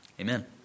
amen